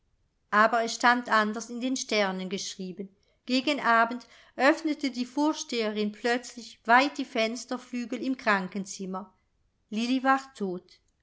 aber es stand anders in den sternen geschrieben gegen abend öffnete die vorsteherin plötzlich weit die fensterflügel im krankenzimmer lilli war tot